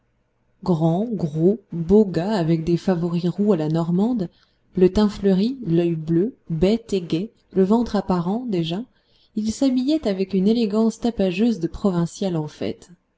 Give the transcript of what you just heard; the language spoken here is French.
grand gros beau gars avec des favoris roux à la normande le teint fleuri l'oeil bleu bête et gai le ventre apparent déjà il s'habillait avec une élégance tapageuse de provincial en fête